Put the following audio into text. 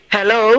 Hello